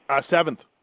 seventh